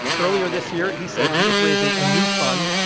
earlier this year, he said he is raising a new fund,